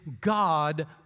God